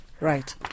Right